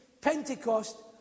Pentecost